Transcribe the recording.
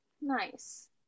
Nice